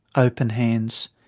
open hands.